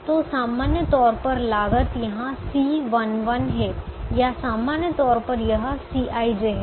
तो सामान्य तौर पर लागत यहां C11 है या सामान्य तौर पर यह Cij है